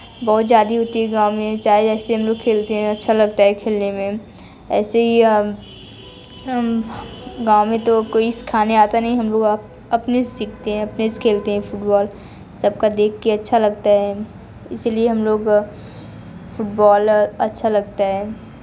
बहोत ज्यादा होती है गाँव में चाहे जैसे हम लोग खेलते हैं अच्छा लगता है खेलने में ऐसे ही हम हम गाँव में तो कोई सिखाने आता नहीं हम लोग आप अपने से सीखते हैं अपने से खेलते हैं फुटबॉल सबका देखके अच्छा लगता है इसलिए हम लोग फुटबॉल अच्छा लगता है